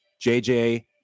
JJ